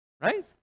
Right